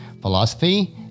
Philosophy